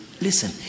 Listen